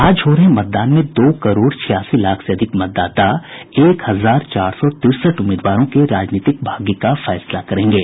आज हो रहे मतदान में दो करोड़ छियासी लाख से अधिक मतदाता एक हजार चार सौ तिरसठ उम्मीदवारों के राजनीतिक भाग्य का फैसला करेंगे